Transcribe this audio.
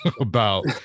about-